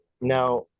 Now